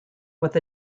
with